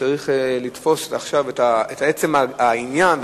צריך לתפוס את עצם העניין,